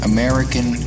American